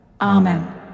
Amen